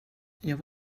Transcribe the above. jag